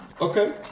Okay